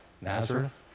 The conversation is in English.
Nazareth